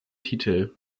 titel